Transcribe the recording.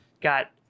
got